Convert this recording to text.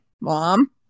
mom